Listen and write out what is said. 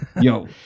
yo